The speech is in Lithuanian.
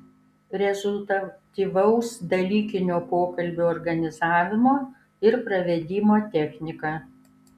rezultatyvaus dalykinio pokalbio organizavimo ir pravedimo technika